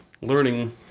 learning